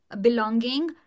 belonging